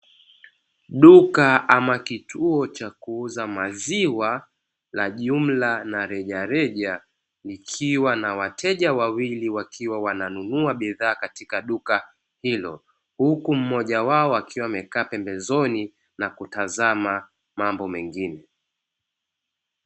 Duka ama kituo cha kuuza maziwa la jumla na rejareja, likiwa na wateja wawili wakiwa wananunua bidhaa katika duka hilo. Huku mmoja wao akiwa amekaa pembezoni na kutazama mambo mengine.